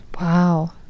Wow